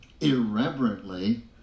irreverently